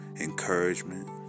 encouragement